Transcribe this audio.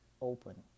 open